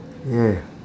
yeah